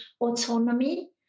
autonomy